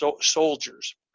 soldiers